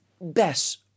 best